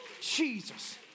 Jesus